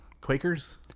Quakers